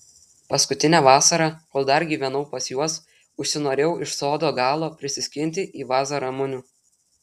paskutinę vasarą kol dar gyvenau pas juos užsinorėjau iš sodo galo prisiskinti į vazą ramunių